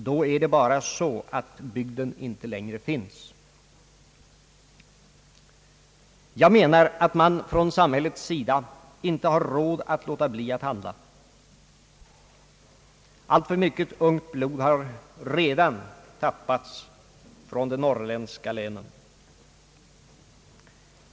Då är det bara så att bygden inte längre finns. Jag menar att samhället inte har råd att låta bli att handla. Alltför mycket ungt blod har redan tappats från de norrländska länen.